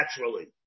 naturally